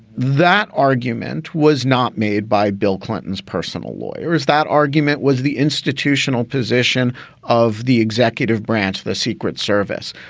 that argument was not made by bill clinton's personal lawyers. that argument was the institutional position of the executive branch, the secret service.